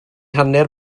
hanner